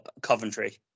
coventry